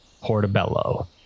Portobello